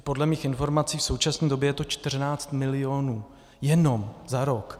Podle mých informací v současné době je to 14 milionů jenom za rok.